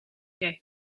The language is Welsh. rydw